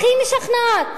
הכי משכנעת?